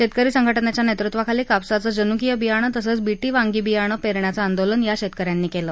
शेतकरी संघटनेच्या नेतृत्वाखाली कापसाचं जनुकीय बियाणं तसंच बीटी वांगी बियाणं पेरण्याचं आंदोलन या शेतकऱ्यांनी केलं